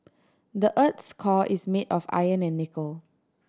the earth's core is made of iron and nickel